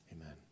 amen